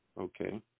Okay